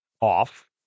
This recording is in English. off